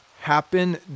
happen